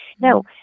No